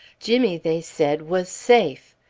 jimmy, they said, was safe.